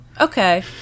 Okay